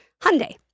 Hyundai